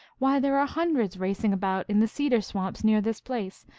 why, there are hundreds racing about in the cedar swamps near this place,